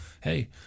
hey